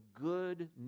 good